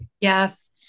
Yes